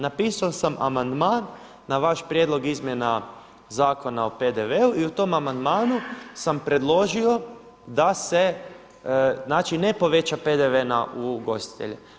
Napisao sam amandman na vaš prijedlog izmjena zakona o PDV-u i u tom amandmanu sam predložio da se znači ne povećava PDV na ugostitelje.